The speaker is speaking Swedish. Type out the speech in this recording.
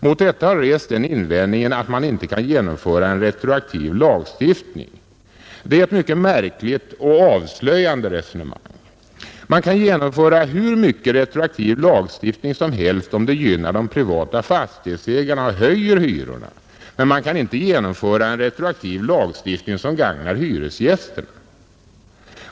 Mot detta förslag har rests den invändningen att man inte kan genomföra en retroaktiv lagstiftning. Det är ett mycket märkligt och avslöjande resonemang. Man kan genomföra hur mycket retroaktiv lagstiftning som helst om den gynnar de privata fastighetsägarna och höjer hyrorna, men man kan inte genomföra en retroaktiv lagstiftning som gagnar hyresgästerna.